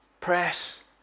press